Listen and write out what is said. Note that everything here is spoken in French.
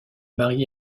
marié